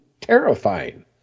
terrifying